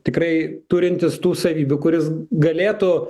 tikrai turintis tų savybių kuris galėtų